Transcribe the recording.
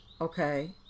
Okay